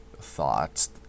thoughts